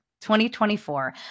2024